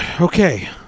Okay